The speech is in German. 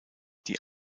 die